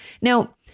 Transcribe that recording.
Now